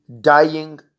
dying